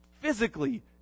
physically